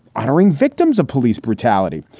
honoring victims of police brutality.